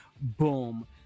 boom